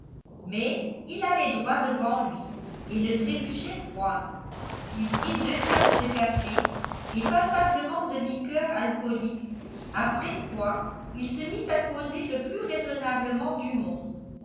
mais il allait droit devant lui et ne trébuchait point il prit deux tasses de café et passablement de liqueurs alcooliques après quoi il se mit à causer le plus raisonnablement du monde